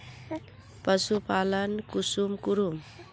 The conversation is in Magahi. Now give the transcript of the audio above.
पशुपालन कुंसम करूम?